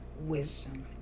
wisdom